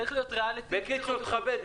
צריך להיות ריאליטי --- בקיצור, תכבד.